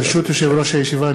ברשות יושב-ראש הישיבה,